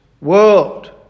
world